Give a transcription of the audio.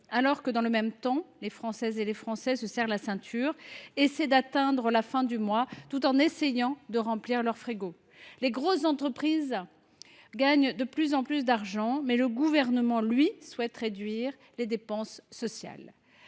moment même où les Françaises et les Français se serrent la ceinture et essaient d’atteindre la fin du mois tout en s’évertuant à remplir leur frigo. Les grosses entreprises gagnent de plus en plus d’argent, mais le Gouvernement, lui, souhaite réduire les dépenses sociales.